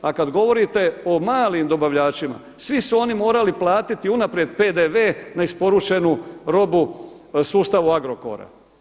A kada govorite o malim dobavljačima, svi su oni morali platiti unaprijed PDV na isporučenu robu sustavu Agrokora.